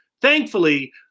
Thankfully